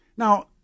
Now